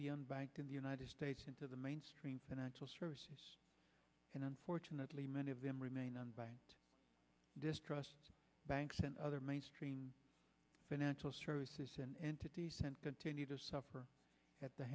the bank in the united states into the mainstream financial services and unfortunately many of them remain on by distrust banks and other mainstream financial services and entities sent continue to suffer at the